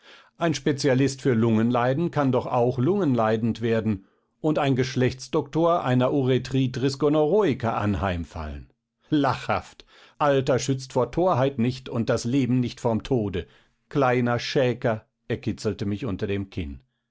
ein spezialist für lungenleiden kann doch auch lungenleidend werden und ein geschlechtsdoktor einer urethritis gonorrhoica anheimfallen lachhaft alter schützt vor torheit nicht und das leben nicht vorm tode kleiner schäker er kitzelte mich unter dem kinn